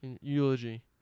eulogy